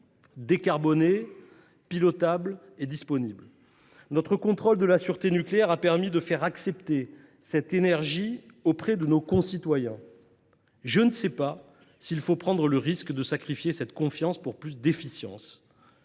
décarbonée, pilotable et disponible ! Notre contrôle de la sûreté nucléaire a permis de faire accepter cette énergie auprès de nos concitoyens. Je ne sais pas s’il faut prendre le risque de sacrifier cette confiance pour plus d’efficience.